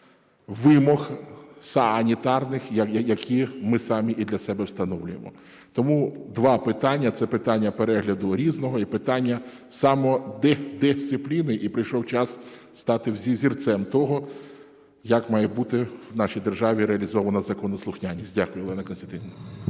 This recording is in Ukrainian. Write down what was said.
вимог санітарних, які ми самі і для себе встановлюємо. Тому два питання – це питання перегляду "Різного" і питання самодисципліни. І прийшов час стати взірцем того, як має бути в нашій державі реалізовано законослухняність. Дякую, Олена Костянтинівна.